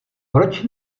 proč